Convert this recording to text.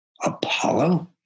Apollo